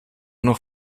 noch